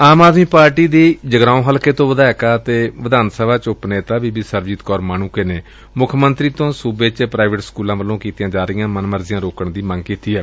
ਆਮ Aadmi party AAP ਦੀ ਜਗਰਾਉ ਤੋਂ ਵਿਧਾਇਕ ਅਤੇ ਵਿਧਾਨ ਸਭਾ ਚ ਉਪ ਨੇਤਾ ਬੀਬੀ ਸਰਬਜੀਤ ਕੌਰ ਮਾਣੁੰਕੇ ਨੇ ਮੁੱਖ ਮੰਤਰੀ ਤੋਂ ਸੁਬੇ ਅੰਦਰ ਪ੍ਾਈਵੇਟ ਸਕੁਲਾਂ ਵੱਲੋਂ ਕੀਤੀਆਂ ਜਾ ਰਹੀਆਂ ਮਨਮਰਜ਼ੀਆਂ ਨੂੰ ਰੋਕਣ ਦੀ ਮੰਗ ਕੀਤੀ ਏ